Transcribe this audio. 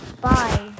Bye